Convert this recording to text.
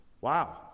Wow